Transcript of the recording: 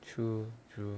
true true